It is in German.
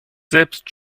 selbst